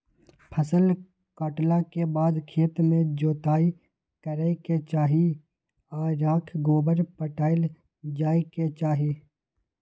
फसल काटला के बाद खेत के जोताइ करे के चाही आऽ राख गोबर पटायल जाय के चाही